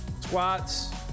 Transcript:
Squats